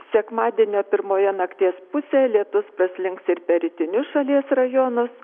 sekmadienio pirmoje nakties pusėje lietus praslinks ir per rytinius šalies rajonus